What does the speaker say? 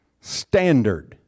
standard